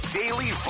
daily